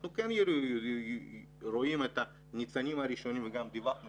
אנחנו כן רואים את הניצנים הראשונים וגם דיווחנו